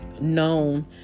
known